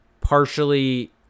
partially